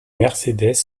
mercedes